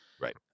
Right